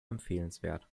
empfehlenswert